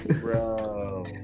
bro